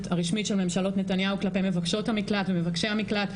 הרשמית של ממשלות נתניהו כלפי מבקשות ומבקשי המקלט,